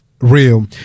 real